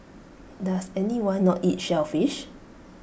does anyone not eat shellfish